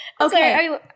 Okay